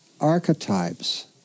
archetypes